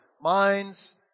minds